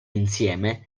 insieme